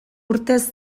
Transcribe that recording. urtez